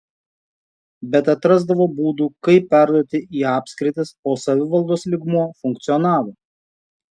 bet atrasdavo būdų kaip perduoti į apskritis o savivaldos lygmuo funkcionavo